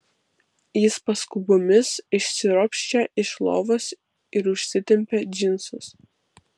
jis paskubomis išsiropščia iš lovos ir užsitempia džinsus